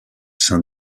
sein